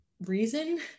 reason